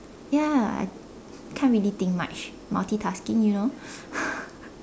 ya can't really think much multi tasking you know